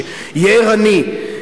שיהיה ערני.